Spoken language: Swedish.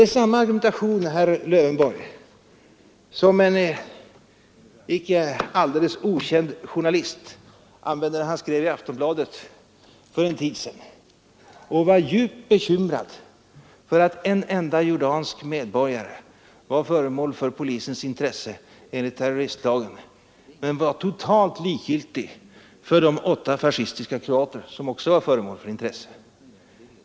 Det är samma argumentation, herr Lövenborg, som en icke alldeles okänd journalist använde när han i Aftonbladet för en tid sedan framhöll att han var djupt bekymrad för att en enda jordansk medborgare var föremål för polisens intresse enligt terroristlagen — men var totalt likgiltig för de åtta fascistiska kroater som också var föremål för sådant intresse.